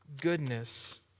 goodness